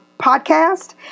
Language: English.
podcast